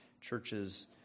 churches